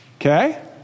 Okay